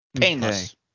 Painless